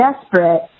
desperate